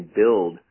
build